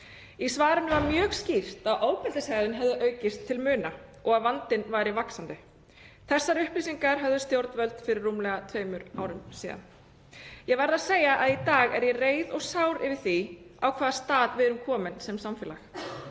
Í svarinu var mjög skýrt að ofbeldishegðun hefði aukist til muna og að vandinn væri vaxandi. Þessar upplýsingar höfðu stjórnvöld fyrir rúmlega tveimur árum síðan. Ég verð að segja að í dag er ég reið og sár yfir því á hvaða stað við erum komin sem samfélag;